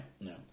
No